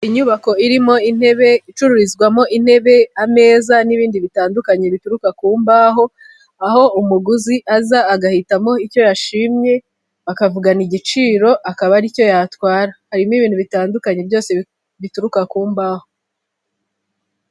Inyubako irimo intebe icururizwamo intebe, ameza n'ibindi bitandukanye bituruka ku mbaho, aho umuguzi aza agahitamo icyo yashimye akavugana igiciro akaba aricyo yatwara. Harimo ibintu bitandukanye byose bituruka ku mbaho.